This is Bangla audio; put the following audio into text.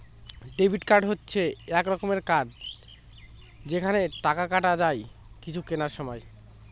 ডেবিট কার্ড হচ্ছে এক রকমের কার্ড যেখানে টাকা কাটা যায় কিছু কেনার সময়